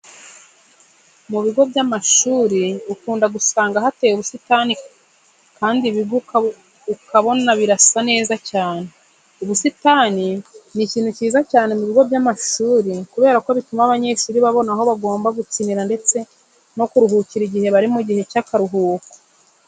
Ku bigo by'amashuri ukunda gusanga hateye ubusitani kandi ibigo ukabona birasa neza cyane. Ubusitani ni ikintu cyiza cyane mu bigo by'amashuri kubera ko bituma abanyeshuri babona aho bagomba gukinira ndetse no kuruhukira igihe bari mu gihe cy'akaruhuko.